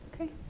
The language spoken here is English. Okay